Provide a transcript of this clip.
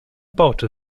baute